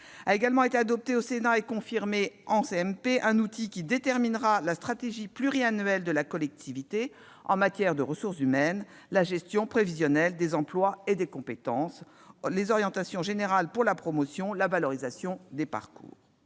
A également été adopté au Sénat et confirmé en CMP un outil qui déterminera la stratégie pluriannuelle de la collectivité en matière de ressources humaines : la gestion prévisionnelle des emplois et des compétences, avec des orientations générales pour la promotion et la valorisation des parcours.